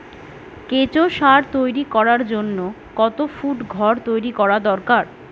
কেঁচো সার তৈরি করার জন্য কত ফুট ঘর তৈরি করা দরকার?